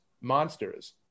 monsters